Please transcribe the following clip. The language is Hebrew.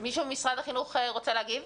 מישהו ממשרד החינוך רוצה להגיב?